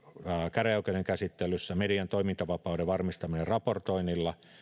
käräjäoikeuden käsittelyssä median toimintavapauden varmistaminen raportoinnilla